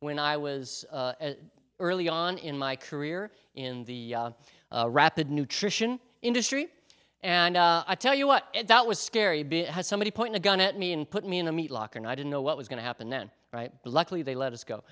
when i was early on in my career in the rapid nutrition industry and i tell you what that was scary bit had somebody point a gun at me and put me in a meat locker and i didn't know what was going to happen then right but luckily they let us go